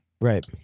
Right